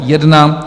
1.